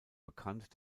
bekannt